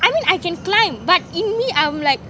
I mean I can climb but in me I'm like